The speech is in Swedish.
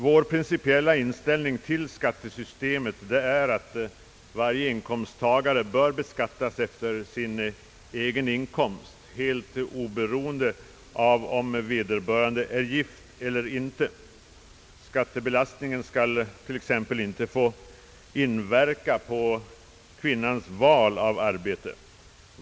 Vår principiella inställning till skattesystemet är att varje inkomsttagare bör beskattas efter sin egen inkomst, helt oberoende av om vederbörande är gift eller inte. Skatteuttaget skall inte få inverka på kvinnans val av arbete.